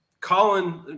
Colin